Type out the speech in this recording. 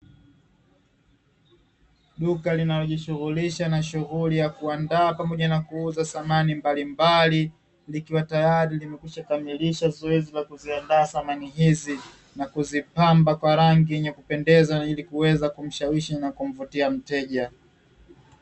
Duka linalojishughulisha na shughuli ya kuandaa pamoja na kuuza samani mbalimbali, likiwa tayari limekwisha kamilisha zoezi la kuziandaa samani hizi, na kuzipamba kwa rangi yenye kupendeza ili kuweza kumshawishi na kumvutia mteja.